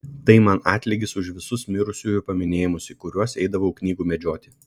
tai man atlygis už visus mirusiųjų paminėjimus į kuriuos eidavau knygų medžioti